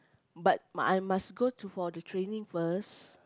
but I must go to for the training first